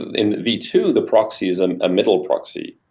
in v two, the proxy's and a middle proxy.